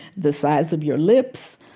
the size of your lips.